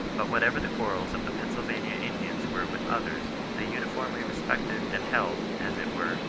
but whatever the quarrels of the pennsylvanian indians were with others, they uniformly respected and held, as it were,